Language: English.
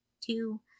two